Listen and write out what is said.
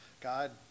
God